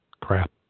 crap